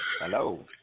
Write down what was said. Hello